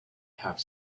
have